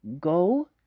go